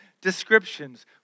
descriptions